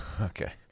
Okay